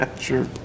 Sure